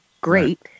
great